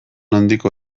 handiko